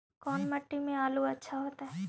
कोन मट्टी में आलु अच्छा होतै?